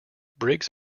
briggs